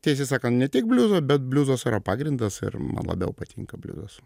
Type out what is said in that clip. tiesiai sakant ne tik bliuzo bet bliuzas yra pagrindas ir man labiau patinka bliuzas